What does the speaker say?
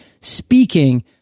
speaking